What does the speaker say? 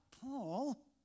Paul